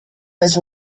this